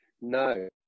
No